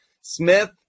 Smith